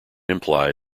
imply